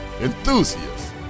enthusiasts